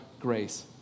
grace